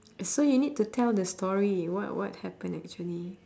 so you need to tell the story what what happen actually